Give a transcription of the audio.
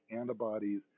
antibodies